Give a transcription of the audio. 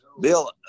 Bill